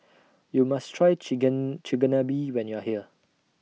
YOU must Try Chigenabe when YOU Are here